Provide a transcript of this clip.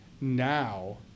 now